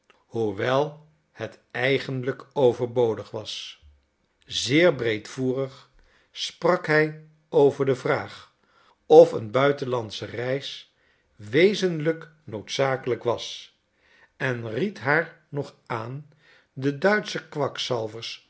hoewel het eigenlijk overtollig was zeer breedvoerig sprak hij over de vraag of een buitenlandsche reis wezenlijk noodzakelijk was en ried haar nog aan de duitsche kwakzalvers